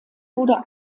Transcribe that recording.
wurde